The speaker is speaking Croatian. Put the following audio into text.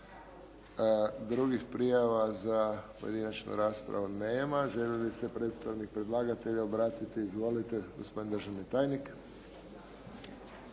Drugih prijava za pojedinačnu raspravu nema. Želi li se predstavnik predlagatelja obratiti? Izvolite. Gospodin državni tajnik.